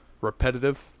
repetitive